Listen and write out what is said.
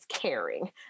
caring